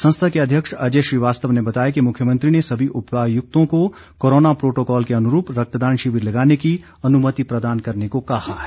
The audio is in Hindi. संस्था के अध्यक्ष अजय श्रीवास्तव ने बताया कि मुख्यमंत्री ने सभी उपायुक्तों को कोरोना प्रोटोकॉल के अनुरूप रक्तदान शिविर लगाने की अनुमति प्रदान करने को कहा है